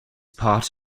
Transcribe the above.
part